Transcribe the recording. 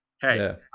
Hey